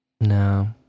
No